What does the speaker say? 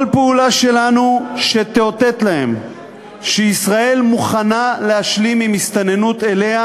כל פעולה שלנו שתאותת להם שישראל מוכנה להשלים עם הסתננות אליה,